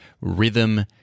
rhythm